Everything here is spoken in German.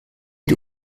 die